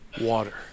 water